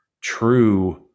true